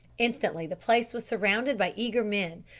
instantly the place was surrounded by eager men,